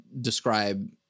describe